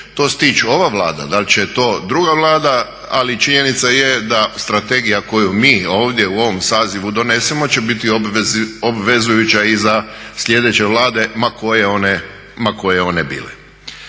to stići ova Vlada, da li će to druga Vlada ali činjenica je da strategija koju mi ovdje u ovom sazivu donesemo će biti obvezujući i za sljedeće Vlade ma koje one bile.